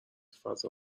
فضا